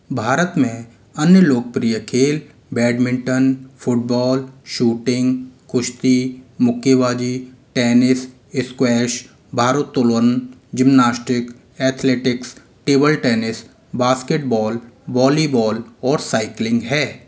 भारत में अन्य लोकप्रिय खेल बैडमिंटन फुटबॉल शूटिंग कुश्ती मुक्केबाजी टेनिस स्क्वैश भारोत्तोलन gymnastic athletics table tennis basketball volleyball और साइकिलिंग हैं